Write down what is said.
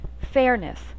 Fairness